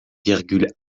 virgule